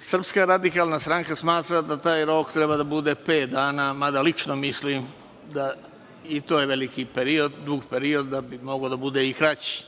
Srpska radikalna stranka smatra da taj rok treba da bude pet dana, mada lično mislim da je i to dug period, moga bi da bude i kraći,